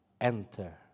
enter